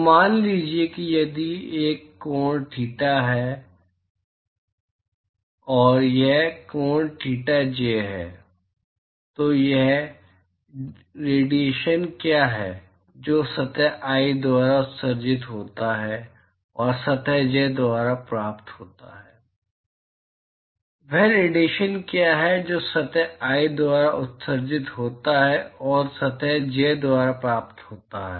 तो मान लीजिए कि यदि यह कोण थीटा i है और यह कोण थीटा j है तो वह डिएशन क्या है जो सतह i द्वारा उत्सर्जित होता है और सतह j द्वारा प्राप्त होता है वह रेडिएशन क्या है जो सतह i द्वारा उत्सर्जित होता है और सतह j द्वारा प्राप्त होता है